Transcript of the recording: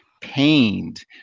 pained